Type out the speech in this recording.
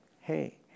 hey